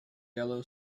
yellow